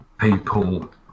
people